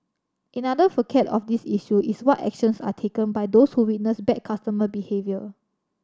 another facet of this issue is what actions are taken by those who witness bad customer behaviour